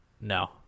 no